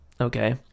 Okay